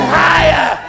higher